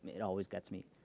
it always gets me.